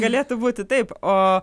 galėtų būti taip o